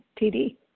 TD